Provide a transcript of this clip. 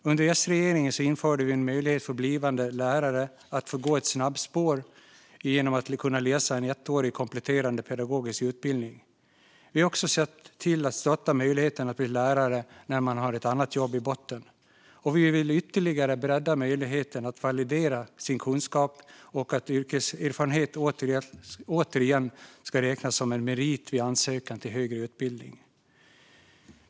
Under S-regeringen införde vi en möjlighet för blivande lärare att gå ett snabbspår genom att läsa en ettårig kompletterande pedagogisk utbildning. Vi har också sett till att stötta möjligheten att bli lärare för den som har ett annat jobb i botten. Vi vill dessutom ytterligare bredda möjligheten för människor att validera sin kunskap, och vi vill att yrkeserfarenhet återigen ska räknas som en merit vid ansökan till högre utbildning.